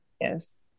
Yes